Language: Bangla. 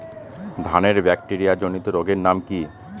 ধানের ব্যাকটেরিয়া জনিত রোগের নাম কি?